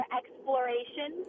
exploration